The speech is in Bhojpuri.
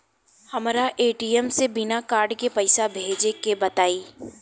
हमरा ए.टी.एम से बिना कार्ड के पईसा भेजे के बताई?